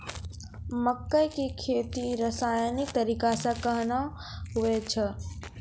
मक्के की खेती रसायनिक तरीका से कहना हुआ छ?